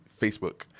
Facebook